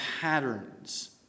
patterns